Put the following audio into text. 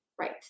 right